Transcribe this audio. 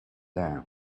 down